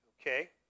Okay